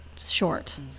short